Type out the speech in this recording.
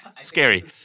scary